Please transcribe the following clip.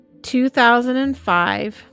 2005